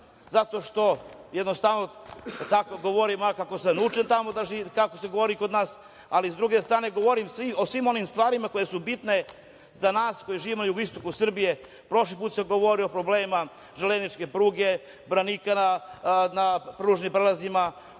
zato što jednostavno tako govorim kako sam naučen tamo i kako se govori kod nas, ali s druge strane govorim o svim onim stvarima koje su bitne za nas koji živimo na jugoistoku Srbije. Prošli put sam govorio o problemima železničke pruge, branika na pružnim prelazima,